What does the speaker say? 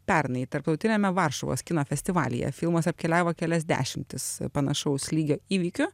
pernai tarptautiniame varšuvos kino festivalyje filmas apkeliavo kelias dešimtis panašaus lygio įvykių